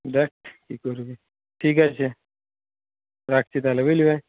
দেখ কি করবি ঠিক আছে রাখছি তাহলে বুঝলি ভাই